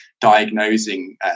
diagnosing